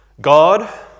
God